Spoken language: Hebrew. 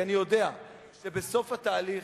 כי אני יודע שבסוף התהליך,